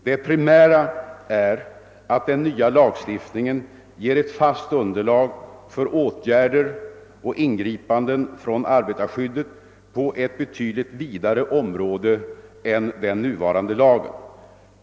Det primära är att den nya lagstiftningen ger ett fast underlag för åtgärder och ingripanden från arbetarskyddet på ett betydligt vidare område än den nuvarande lagen.